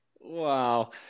Wow